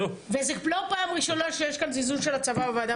וזה לא פעם ראשונה שיש כאן זלזול של הצבא בוועדה,